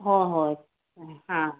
हो हो हां